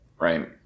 right